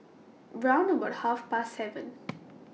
round about Half Past seven